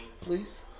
please